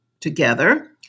together